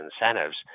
incentives